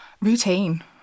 Routine